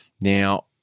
Now